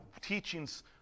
teachings